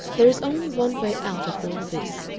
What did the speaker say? there is only one way out of all this,